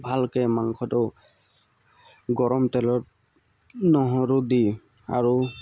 ভালকৈ মাংসটো গৰম তেলত নহৰু দি আৰু